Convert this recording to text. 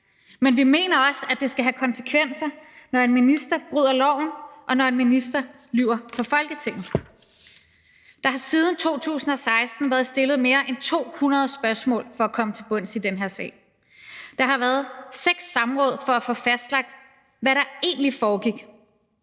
men vi mener også, at det skal have konsekvenser, når en minister bryder loven, og når en minister lyver for Folketinget. Kl. 12:25 Der har siden 2016 været stillet mere end 200 spørgsmål for at komme til bunds i den her sag. Der har været seks samråd for at få fastlagt, hvad der egentlig foregik.